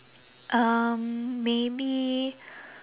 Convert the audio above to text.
um maybe